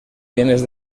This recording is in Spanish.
bienes